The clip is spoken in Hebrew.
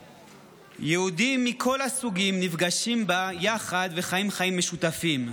יהודים מכל הסוגים נפגשים בה יחד וחיים חיים משותפים.